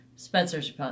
Spencer's